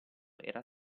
era